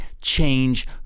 change